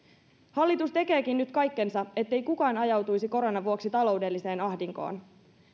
hallitus tekeekin nyt kaikkensa ettei kukaan ajautuisi koronan vuoksi taloudelliseen ahdinkoon